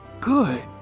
Good